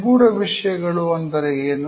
ನಿಗೂಢ ವಿಷಯಗಳು ಅಂದರೆ ಏನು